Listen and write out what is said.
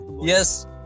Yes